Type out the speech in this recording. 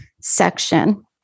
section